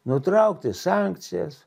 nutraukti sankcijas